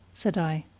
said i.